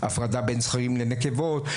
הפרדה בין זכרים לנקבות,